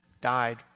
died